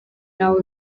nabo